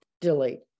delete